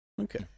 Okay